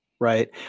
Right